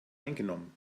eingenommen